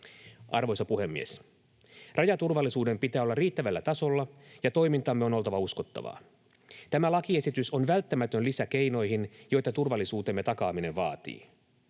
Arvoisa puhemies! Rajaturvallisuuden pitää olla riittävällä tasolla, ja toimintamme on oltava uskottavaa. Tämä lakiesitys on välttämätön lisä keinoihin, joita turvallisuutemme takaaminen vaatii.